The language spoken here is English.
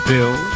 Bill